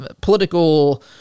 political